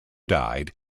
died